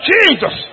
Jesus